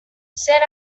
said